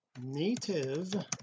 native